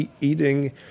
eating